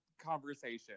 conversation